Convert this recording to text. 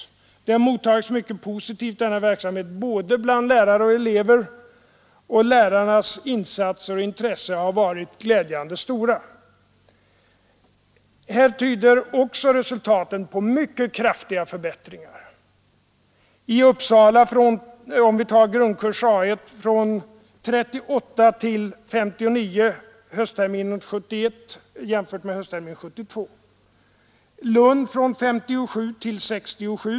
Verksamheten har mottagits mycket positivt både av elever och lärare, och lärarnas insatser och intresse har varit glädjande stora. Även här tyder resultaten på mycket kraftiga förbättringar. Om vi ser på grundkursen A 1 i Uppsala har man ökat från 38 höstterminen 1971 till 59 höstterminen 1972. I Lund är motsvarande siffror samma tid från 57 till 67.